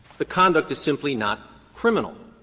the conduct is simply not criminal.